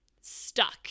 stuck